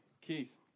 Keith